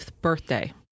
birthday